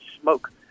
smoke